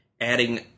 adding